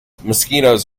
mosquitoes